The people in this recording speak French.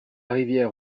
rivière